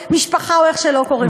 "משפחה" או איך שלא קוראים לזה.